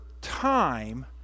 Time